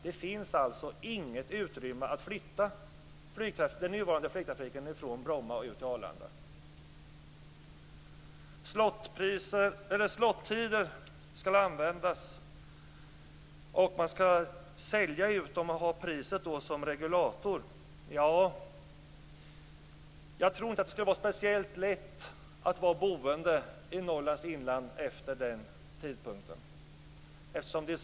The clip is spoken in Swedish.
Det finns alltså inget utrymme att flytta den nuvarande flygtrafiken från Bromma ut till Arlanda. Slot-tider ska användas. Man ska sälja ut dem, och använda priset som regulator. Men jag tror inte att det skulle vara speciellt lätt att vara boende i Norrlands inland efter tidpunkten för detta.